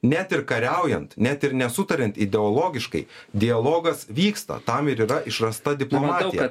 net ir kariaujant net ir nesutariant ideologiškai dialogas vyksta tam yra išrasta diplomatija